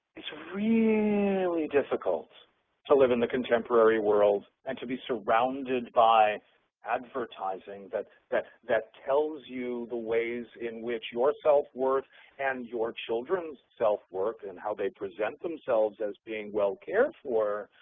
it's really difficult to live in the contemporary world and to be surrounded by advertising that that tells you the ways in which your self-worth and your children's self-worth and how they present themselves as being well cared for,